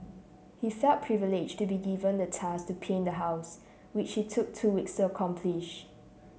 he felt privileged to be given the task to paint the house which he took two weeks to accomplish